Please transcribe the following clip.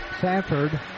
Sanford